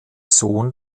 sohn